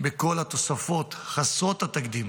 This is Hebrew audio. בכל התוספות חסרות התקדים